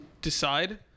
decide –